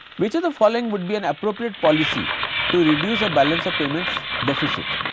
which of the following would be an appropriate policy to reduce a balance of payments deficit?